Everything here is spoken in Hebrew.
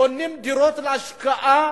קונים דירות להשקעה.